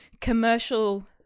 commercial –